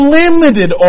limited